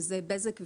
שזה בזק והוט,